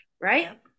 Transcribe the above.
Right